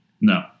No